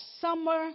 summer